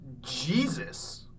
Jesus